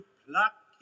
pluck